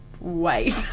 wait